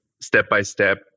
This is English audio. step-by-step